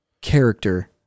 character